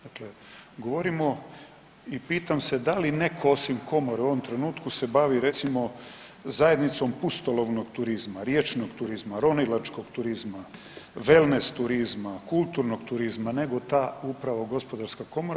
Dakle, govorimo i pitam se da li netko osim komore u ovom trenutku se bavi recimo zajednicom pustolovnog turizma, riječnog turizma, ronilačkog turizma, wellness turizma, kulturnog turizma nego ta upravo gospodarska komora.